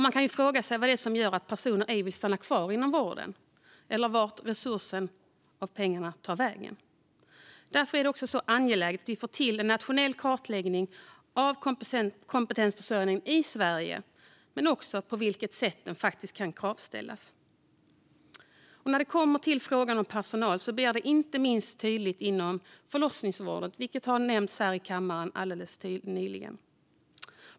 Man kan fråga sig vad det är som gör att personer ej vill stanna kvar inom vården och vart resurserna och pengarna tar vägen. Därför är det angeläget att vi får till en nationell kartläggning av kompetensförsörjningen i Sverige men också får utrett på vilket sätt den kan kravställas. Frågan om personal blir inte minst tydlig inom förlossningsvården, vilket nämndes här i kammaren alldeles nyss.